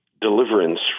deliverance